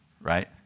right